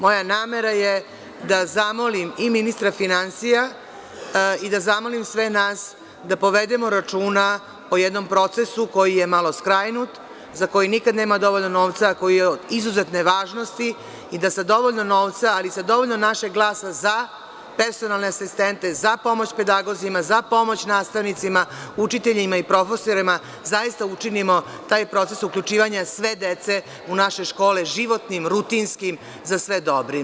Moja namera je da zamolim i ministra finansija i da zamolim sve nas, da povedemo računa o jednom procesu koji je malo skrajnut, za koji nikada nema dovoljno novca, a koji je od izuzetne važnosti i da sa dovoljno novca i sa dovoljno našeg glasa „za“ personalne asistente, za pomoć pedagozima, za pomoć nastavnicima, učiteljima i profesorima, zaista učinimo taj proces uključivanja sve dece u naše škole životnim, rutinskim za sve dobrim.